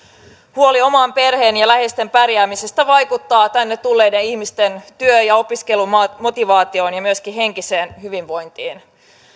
huoli oman perheen ja läheisten pärjäämisestä vaikuttaa tänne tulleiden ihmisten työ ja opiskelumotivaatioon ja myöskin henkiseen hyvinvointiin